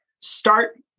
start